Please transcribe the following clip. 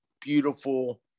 beautiful